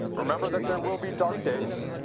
remember that there will be dark days.